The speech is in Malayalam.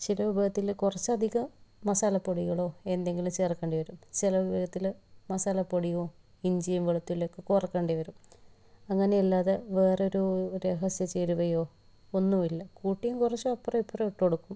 ചില വിഭവത്തിൽ കുറച്ച് അധികം മസാലപ്പൊടികളോ എന്തെങ്കിലും ചേർക്കേണ്ടി വരും ചില വിഭവത്തിൽ മസാല പൊടിയും ഇഞ്ചിയും വെളുത്തുള്ളിയും ഒക്ക കുറയ്ക്കേണ്ടി വരും അങ്ങനെ അല്ലാതെ വേറൊരു രഹസ്യ ചേരുവയോ ഒന്നുമില്ല കൂട്ടിയും കുറച്ചും അപ്പുറവും ഇപ്പുറവും ഇട്ടു കൊടുക്കും